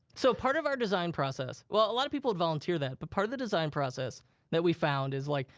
so part of our design process, well, a lot of people would volunteer that. but part of the design process that we found is like,